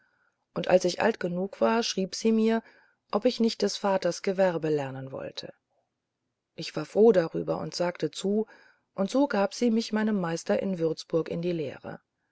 und als ich alt genug war schrieb sie mir ob ich nicht des vaters gewerbe lernen wollte ich war froh darüber und sagte zu und so gab sie mich meinem meister in würzburg in die lehre